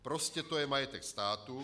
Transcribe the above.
Prostě to je majetek státu.